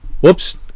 Whoops